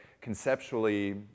conceptually